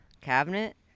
cabinet